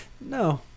No